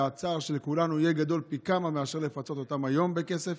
והצער של כולנו יהיה גדול פי כמה מאשר לפצות אותם היום בכסף.